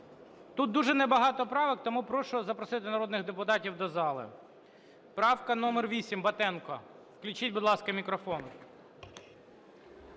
Тут дуже небагато правок, тому прошу запросити народних депутатів до зали. Правка номер 8, Батенко. Включіть, будь ласка, мікрофон.